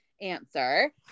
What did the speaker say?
answer